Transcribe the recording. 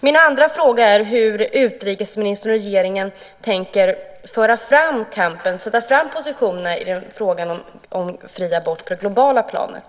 Min andra fråga är hur utrikesministern och regeringen tänker föra fram kampen, flytta fram positionerna, i fråga om fri abort på det globala planet.